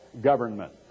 government